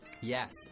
Yes